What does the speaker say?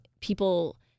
people